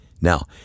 Now